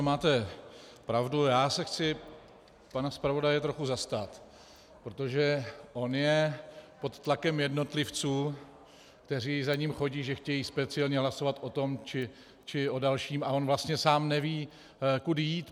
Máte pravdu, já se chci pana zpravodaje trochu zastat, protože on je pod tlakem jednotlivců, kteří za ním chodí, že chtějí speciálně hlasovat o tom, či o dalším, a on vlastně sám neví, kudy jít.